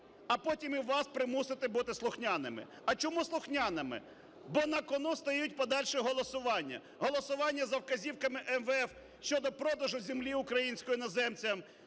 а потім і вас, примусити бути слухняними. А чому слухняними? Бо на кону стоять подальші голосування. Голосування за вказівками МВФ щодо продажу землі української іноземцям,